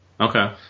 Okay